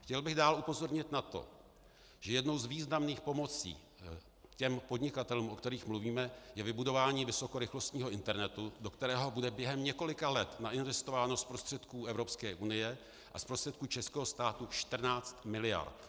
Chtěl by dál upozornit na to, že jednou z významných pomocí podnikatelům, o kterých mluvíme, je vybudování vysokorychlostního internetu, do kterého bude během několika let nainvestováno z prostředků Evropské unie a z prostředků českého státu 14 miliard.